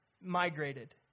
migrated